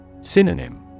Synonym